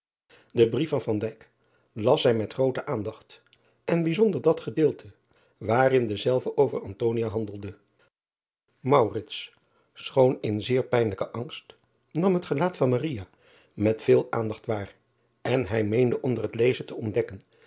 en brief van las zij met groote aandacht en bijzonder dat gedeelte waarin dezelve over handelde schoon in zeer pijnlijken angst nam het gelaat van met veel aandacht waar en hij meende onder het lezen te omdekken